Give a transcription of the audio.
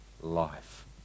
life